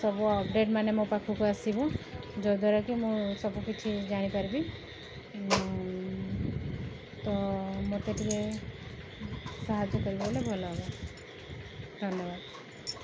ସବୁ ଅପଡେଟ୍ ମାନେ ମୋ ପାଖକୁ ଆସିବ ଯାହାଦ୍ୱାରା କି ମୁଁ ସବୁକିଛି ଜାଣିପାରିବି ତ ମୋତେ ଟିକେ ସାହାଯ୍ୟ କରିବେ ବୋଲେ ଭଲ ହେବ ଧନ୍ୟବାଦ